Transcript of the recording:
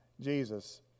Jesus